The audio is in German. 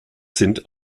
sind